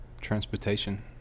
Transportation